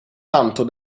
tanto